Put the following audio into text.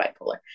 bipolar